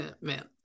man